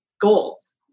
goals